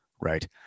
right